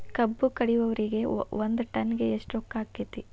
ಕಬ್ಬು ಕಡಿಯುವರಿಗೆ ಒಂದ್ ಟನ್ ಗೆ ಎಷ್ಟ್ ರೊಕ್ಕ ಆಕ್ಕೆತಿ?